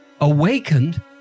awakened